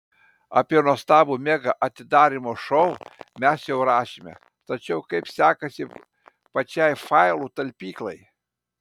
apie nuostabų mega atidarymo šou mes jau rašėme tačiau kaip sekasi pačiai failų talpyklai